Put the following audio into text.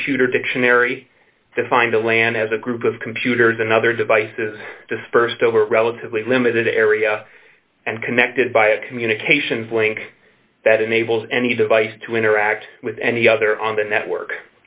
computer dictionary defined the land as a group of computers and other devices dispersed over a relatively limited area and connected by a communications link that enables any device to interact with any other on the